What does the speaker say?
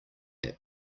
air